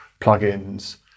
plugins